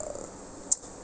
uh